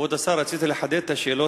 כבוד השר, רציתי לחדד את השאלות: